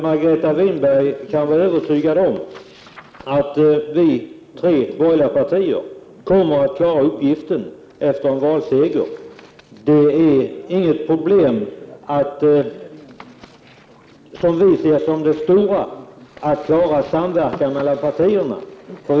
Margareta Winberg kan vara övertygad om att vi tre borgerliga partier kommer att klara uppgiften efter en valseger. Att klara samverkan mellan partierna är inget som vi ser som det största problemet.